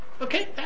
Okay